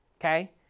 Okay